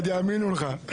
עוד יאמינו לך.